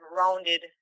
rounded